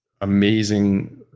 amazing